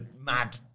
Mad